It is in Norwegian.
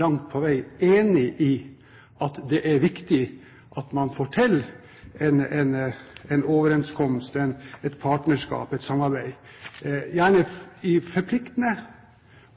langt på vei enig i at det er viktig at man får til en overenskomst, et partnerskap, et samarbeid – gjerne forpliktende